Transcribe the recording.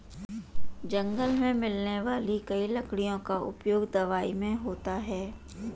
जंगल मे मिलने वाली कई लकड़ियों का उपयोग दवाई मे होता है